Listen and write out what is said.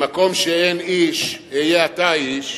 במקום שאין איש היה אתה איש,